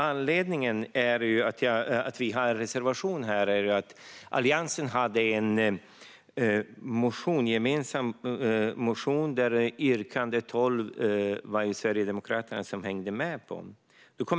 Anledningen till att vi har en reservation är att Alliansen hade en gemensam motion och att Sverigedemokraterna hängde med på yrkande 12.